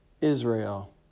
Israel